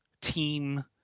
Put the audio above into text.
team